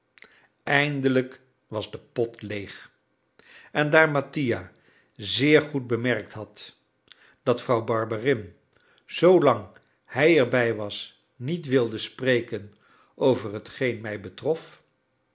eindelijk was de pot leeg en daar mattia zeer goed bemerkt had dat vrouw barberin zoolang hij erbij was niet wilde spreken over hetgeen mij betrof